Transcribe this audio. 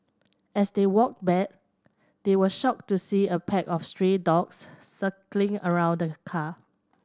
as they walked back they were shocked to see a pack of stray dogs circling around the car